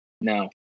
No